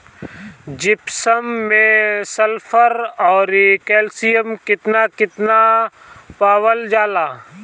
Gypsum मैं sulphur औरी calcium कितना कितना पावल जाला?